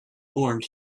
formed